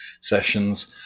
sessions